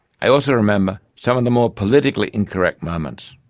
i also remember some of the more politically incorrect moments.